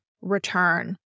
return